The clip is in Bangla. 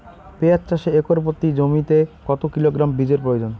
পেঁয়াজ চাষে একর প্রতি জমিতে কত কিলোগ্রাম বীজের প্রয়োজন?